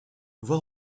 voir